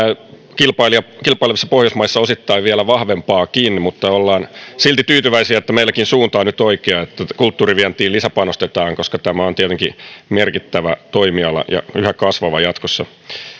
kilpailevissa pohjoismaissa osittain vielä vahvempaakin mutta ollaan silti tyytyväisiä että meilläkin suunta on nyt oikea että kulttuurivientiin lisäpanostetaan koska tämä on tietenkin merkittävä toimiala ja yhä kasvava jatkossa